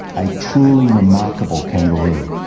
a truly remarkable kangaroo.